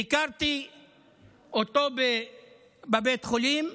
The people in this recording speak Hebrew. ביקרתי אותו בבית החולים,